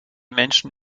menschen